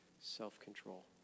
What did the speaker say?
self-control